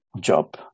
job